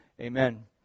amen